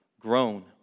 grown